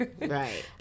right